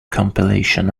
compilation